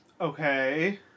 Okay